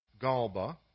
Galba